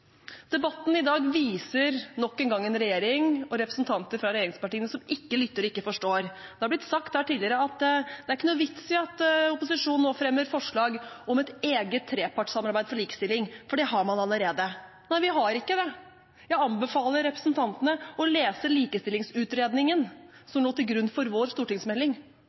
Debatten i dag viser nok en gang en regjering og representanter fra regjeringspartiene som ikke lytter og ikke forstår. Det er blitt sagt her tidligere at det ikke er noen vits i at opposisjonen nå fremmer forslag om et eget trepartssamarbeid for likestilling, for det har man allerede. Nei, vi har ikke det! Jeg anbefaler representantene å lese likestillingsutredningen som lå til grunn for vår stortingsmelding,